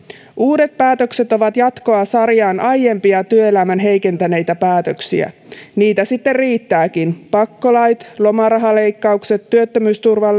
uudet päätökset ovat jatkoa sarjaan aiempia työelämän heikentäneitä päätöksiä niitä sitten riittääkin pakkolait lomarahaleikkaukset työttömyysturvan